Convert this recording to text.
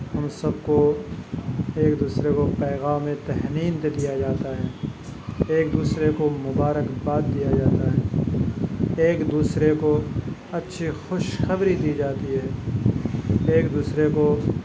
وہ سب کو ایک دوسرے کو پیغام تہنید لیا جاتا ہے ایک دوسرے کو مبارک باد دیا جاتا ہے ایک دوسرے کو اچھی خوشخبری دی جاتی ہے ایک دوسرے کو